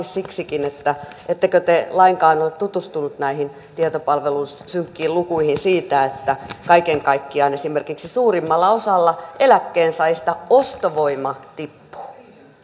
siksikin että ettekö te lainkaan ole tutustunut näihin tietopalvelun synkkiin lukuihin siitä että kaiken kaikkiaan esimerkiksi suurimmalla osalla eläkkeensaajista ostovoima tippuu